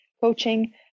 Coaching